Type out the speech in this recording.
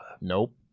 nope